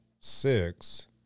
Six